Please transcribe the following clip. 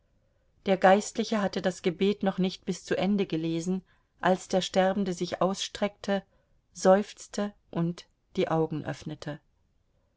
der geistliche hatte das gebet noch nicht bis zu ende gelesen als der sterbende sich ausstreckte seufzte und die augen öffnete